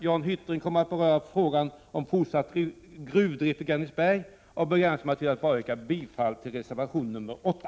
Jan Hyttring kommer att beröra frågan om fortsatt gruvdrift i Grängesberg, så jag begränsar mig till att enbart yrka bifall till reservation 8.